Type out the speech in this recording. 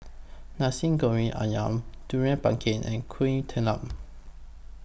Nasi Goreng Ayam Durian Pengat and Kuih Talam